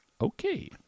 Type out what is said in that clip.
Okay